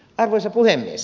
arvoisa puhemies